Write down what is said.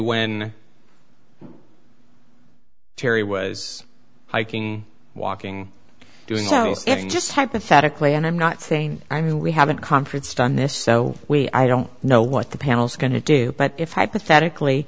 when terry was hiking walking to his house and just hypothetically and i'm not saying i mean we haven't conference done this so we i don't know what the panel's going to do but if hypothetically